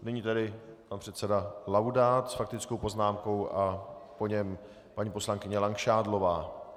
Nyní tedy pan předseda Laudát s faktickou poznámkou a po něm paní poslankyně Langšádlová.